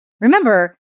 Remember